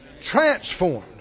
Transformed